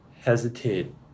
hesitate